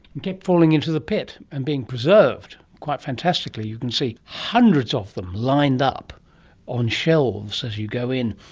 and kept falling into the pit and being preserved, quite fantastically, you can see hundreds of them lined up on shelves as you go in.